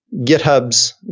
GitHub's